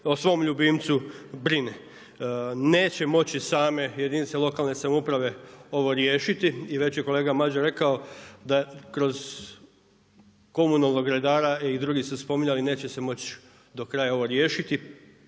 o svom ljubimcu brine. Neće moći same jedinice lokalne samouprave ovo riješiti i već je kolega Madjer rekao da kroz komunalnog redara i drugi su spominjali, neće se moći do kraja ovo riješiti.